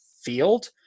field